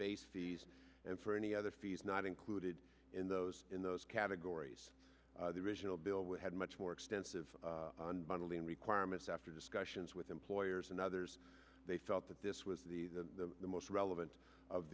based and for any other fees not included in those in those categories the original bill which had much more extensive bundling requirements after discussions with employers and others they felt that this was the the most relevant of